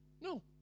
No